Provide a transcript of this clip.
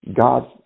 God